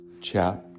chapter